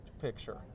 picture